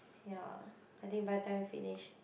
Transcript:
yea I think by time we finish